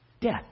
Death